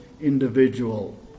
individual